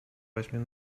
weźmie